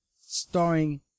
starring